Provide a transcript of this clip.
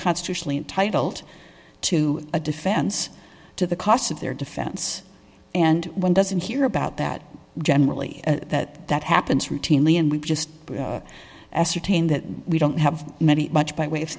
constitutionally entitled to a defense to the costs of their defense and one doesn't hear about that generally that that happens routinely and we've just ascertained that we don't have many much by way of